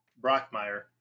Brockmire